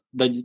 da